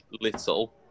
little